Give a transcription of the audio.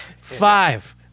Five